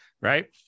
right